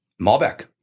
Malbec